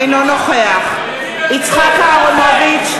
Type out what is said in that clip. אינו נוכח יצחק אהרונוביץ,